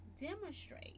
Demonstrate